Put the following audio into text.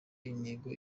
intego